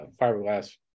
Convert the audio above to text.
fiberglass